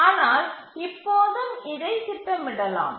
ஆனால் இப்போதும் இதை திட்டமிடலாம்